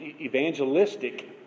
evangelistic